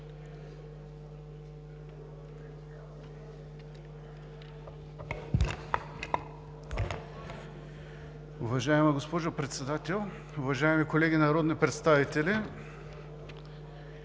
Уважаема госпожо Председател, уважаеми колеги народни представители!